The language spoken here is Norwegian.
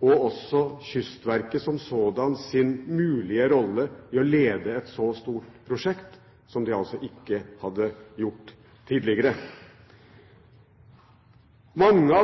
og også den mulige rollen Kystverket som sådant ville ha ved å lede et så stort prosjekt som de ikke hadde hatt tidligere. Mange